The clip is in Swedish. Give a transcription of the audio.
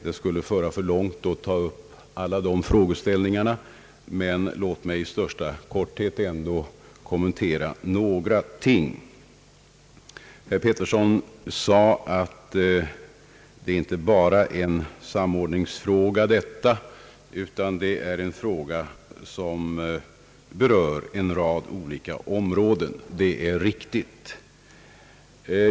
Det skulle föra för långt att ta upp alla dessa frågeställningar, men jag vill ändå i korthet söka kommentera några ting. Herr Pettersson sade att det här inte bara gäller en samordningsfråga utan ett spörsmål som berör en rad olika områden, och det är riktigt.